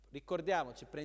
ricordiamoci